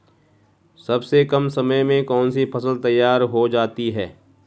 सबसे कम समय में कौन सी फसल तैयार हो जाती है?